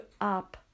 up